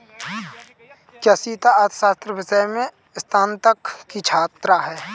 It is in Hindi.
क्या सीता अर्थशास्त्र विषय में स्नातक की छात्रा है?